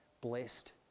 blessed